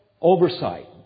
oversight